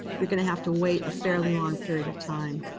you're going to have to wait a fairly long period of time